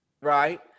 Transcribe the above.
Right